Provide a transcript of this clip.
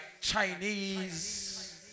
Chinese